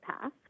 path